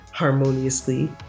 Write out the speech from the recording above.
harmoniously